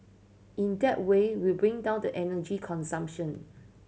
in that way we bring down the energy consumption